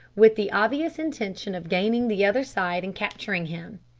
with the obvious intention of gaining the other side and capturing him.